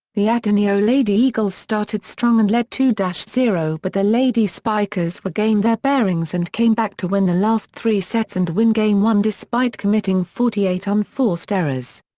the ateneo lady eagles started strong and led two zero but the lady spikers regained their bearings and came back to win the last three sets and win game one despite committing forty eight unforced errors.